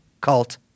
cult